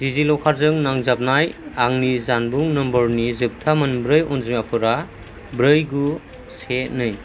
आरो डिजि लकारजों नांजाबनाय आंनि जानबुं नम्बरनि जोबथा मोनब्रै अनजिमाफोरा ब्रै गु से नै